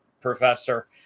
professor